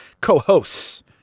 co-hosts